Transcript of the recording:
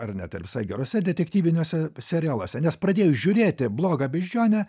ar net ir visai geruose detektyviniuose serialuose nes pradėjus žiūrėti blogą beždžionę